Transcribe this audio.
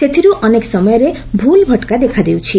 ସେଥିରୁ ଅନେକ ସମୟରେ ଭୁଲ୍ଭଟକା ଦେଖାଦେଉଛି